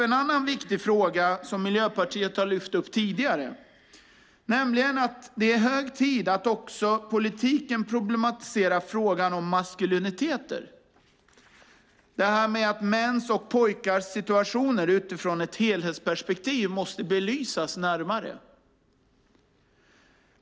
En annan viktig fråga som Miljöpartiet tidigare lyft fram är den om att det är hög tid att också politiken problematiserar frågan om maskulinitet - det här med att mäns och pojkars situationer i ett helhetsperspektiv närmare måste belysas.